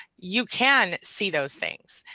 you can see those things.